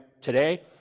today